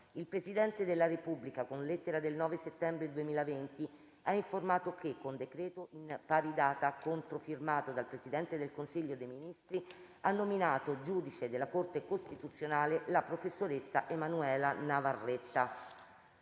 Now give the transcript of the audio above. Il Presidente della Repubblica, con lettera del 9 settembre 2020, ha informato che, con decreto in pari data, controfirmato dal Presidente del Consiglio dei ministri, ha nominato giudice della Corte costituzionale la professoressa Emanuela Navarretta.